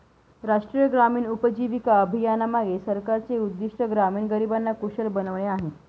राष्ट्रीय ग्रामीण उपजीविका अभियानामागे सरकारचे उद्दिष्ट ग्रामीण गरिबांना कुशल बनवणे आहे